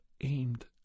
aimed